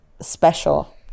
special